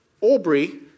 Aubrey